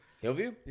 Hillview